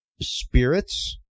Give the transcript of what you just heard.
spirits